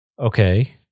okay